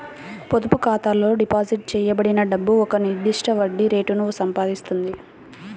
పొదుపు ఖాతాలో డిపాజిట్ చేయబడిన డబ్బు ఒక నిర్దిష్ట వడ్డీ రేటును సంపాదిస్తుంది